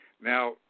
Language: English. Now